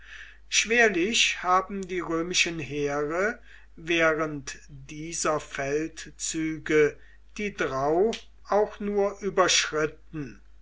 schwerlich haben die römischen heere während dieser feldzüge die drau auch nur überschritten